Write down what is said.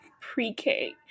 pre-K